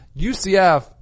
UCF